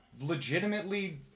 legitimately